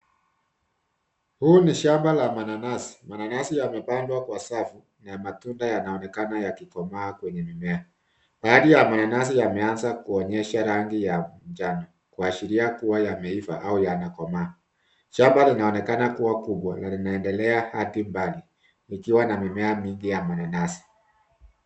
Huu ni shamba la mananasi. Mananasi yamepandwa kwa safu na matunda yanaonekana yakikomaa kwenye mimea. Baadhi ya mananasi yameanza kuonyesha rangi ya njano kuashiria kuwa yameiva au yanakomaa. Shamba linaonekana kuwa kubwa la linaendelea hatimbali ikiwa na mimea mingi ya mananasi.